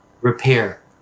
repair